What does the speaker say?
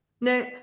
no